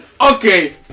okay